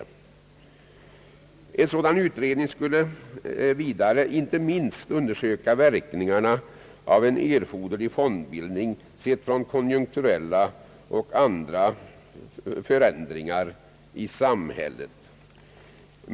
Vid en sådan utredning skulle man vidare inte minst undersöka verkningarna av en erforderlig fondbildning i belysning av konjunkturella och andra förändringar i samhället.